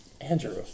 Andrew